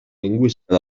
lingüística